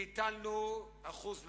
כי הטלנו 1% מע"מ,